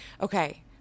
Okay